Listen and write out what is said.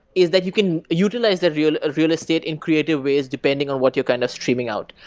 is that you can utilize that real real estate in creative ways depending on what you're kind of streaming out.